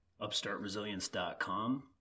upstartresilience.com